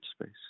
space